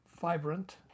vibrant